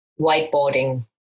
whiteboarding